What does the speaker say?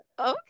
Okay